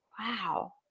wow